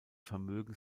vermögen